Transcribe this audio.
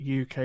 uk